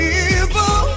evil